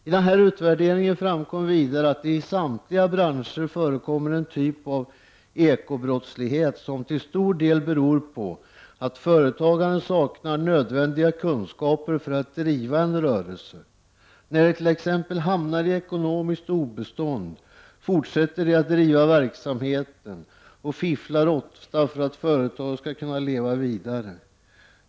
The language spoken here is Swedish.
I utvärderingen framkom vidare att det i samtliga branscher förekommer en typ av ekobrottslighet, som till stor del beror på att företagaren saknar nödvändiga kunskaper för att driva en rörelse. När de t.ex. hamnar i ekonomiskt obestånd fortsätter de att driva verksamheten och fifflar ofta för att företaget skall kunna leva vidare.